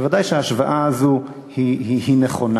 ודאי שההשוואה הזאת נכונה,